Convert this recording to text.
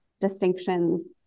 distinctions